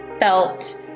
felt